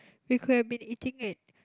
we could have been eating it